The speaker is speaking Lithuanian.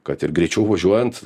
kad ir greičiau važiuojant